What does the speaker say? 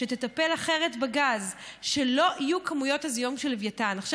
שתטפל אחרת בגז, שלא יהיו כמויות הזיהום של תמר.